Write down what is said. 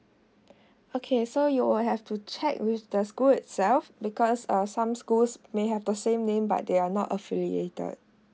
okay so you will have to check with the school itself because uh some schools may have the same name but they are not affiliated